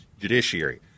judiciary